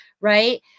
right